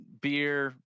beer